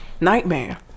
nightmare